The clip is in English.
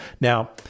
Now